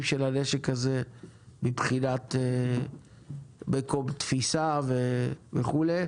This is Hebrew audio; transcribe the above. של הנשק הזה מבחינת מקום תפיסה וכולי.